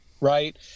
right